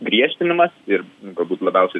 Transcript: griežtinimas ir galbūt labiausiai